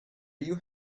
you